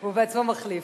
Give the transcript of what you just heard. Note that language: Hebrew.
הוא בעצמו מחליף.